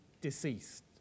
deceased